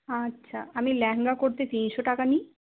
আচ্ছা আমি লেহেঙ্গা করতে তিনশো টাকা নিই